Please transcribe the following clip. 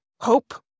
hope